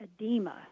edema